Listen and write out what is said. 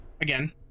Again